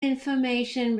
information